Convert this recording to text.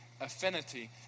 affinity